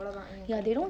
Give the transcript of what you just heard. அவளாதா:avalothaa